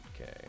Okay